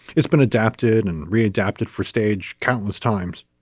it's been adapted and readapt it for stage countless times.